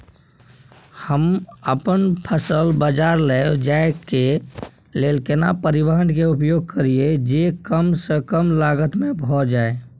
हम अपन फसल बाजार लैय जाय के लेल केना परिवहन के उपयोग करिये जे कम स कम लागत में भ जाय?